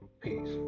Peace